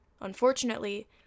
Unfortunately